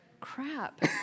crap